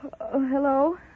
Hello